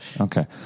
Okay